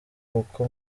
kuko